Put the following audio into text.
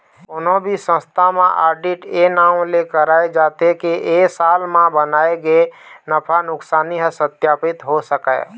कोनो भी संस्था म आडिट ए नांव ले कराए जाथे के ए साल म बनाए गे नफा नुकसानी ह सत्पापित हो सकय